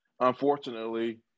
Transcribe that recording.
unfortunately